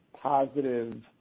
positive